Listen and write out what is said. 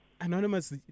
Anonymous